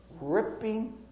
Ripping